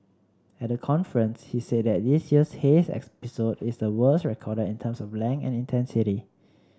at the conference he said that this year's haze episode is the worst recorded in terms of length and intensity